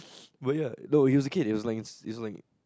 but ya no he was a kid he was like he's like